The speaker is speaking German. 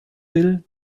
will